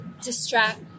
distract